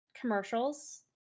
commercials